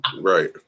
right